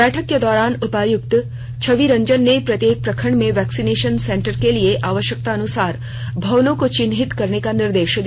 बैठक के दौरान उपायुक्त छवि रंजन ने प्रत्येक प्रखंड में वैक्सीनेशन सेंटर के लिए आवश्यकतानुसार भवनों को चिन्हित करने का निर्देश दिया